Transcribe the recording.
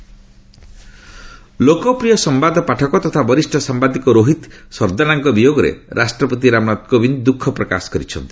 କୋବିନ୍ଦ ରୋହିତ ଲୋକପ୍ରିୟ ସମ୍ଭାଦ ପାଠକ ତଥା ବରିଷ୍ଣ ସାମ୍ବାଦିକ ରୋହିତ ସର୍ଦ୍ଦାନାଙ୍କ ବିୟୋଗରେ ରାଷ୍ଟ୍ରପତି ରାମନାଥ କୋବିନ୍ଦ ଦ୍ୟୁଖ ପ୍ରକାଶ କରିଛନ୍ତି